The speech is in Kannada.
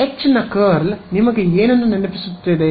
H ನ ಕರ್ಲ್ ನಿಮಗೆ ಏನು ನೆನಪಿಸುತ್ತದೆ